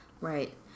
Right